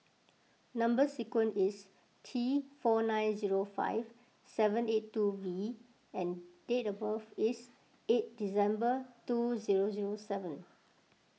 Number Sequence is T four nine zero five seven eight two V and date of birth is eight December two zero zero seven